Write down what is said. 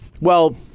Well-